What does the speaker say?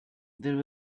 there